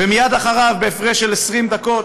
ומייד אחריו, בהפרש של 20 דקות,